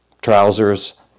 trousers